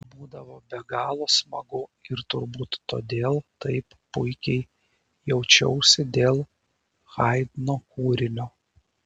būdavo be galo smagu ir turbūt todėl taip puikiai jaučiausi dėl haidno kūrinio